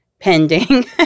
pending